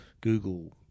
Google